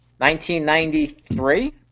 1993